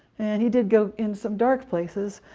and he did go in some dark places,